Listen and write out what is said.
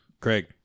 craig